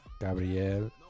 Gabriel